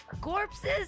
Corpses